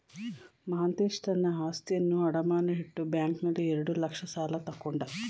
ಮಾಂತೇಶ ತನ್ನ ಆಸ್ತಿಯನ್ನು ಅಡಮಾನ ಇಟ್ಟು ಬ್ಯಾಂಕ್ನಲ್ಲಿ ಎರಡು ಲಕ್ಷ ಸಾಲ ತಕ್ಕೊಂಡ